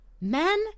Men